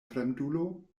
fremdulo